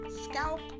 scalp